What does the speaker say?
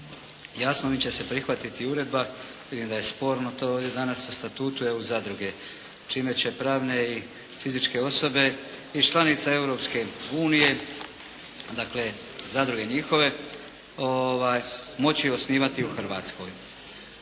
Jasno ovim će se prihvatiti uredbe, vidim da je sporno to ovdje danas o Statutu EU zadruge čime će pravne i fizičke osobe i članice Europske unije, dakle zadruge njihove moći osnivati u Hrvatskoj.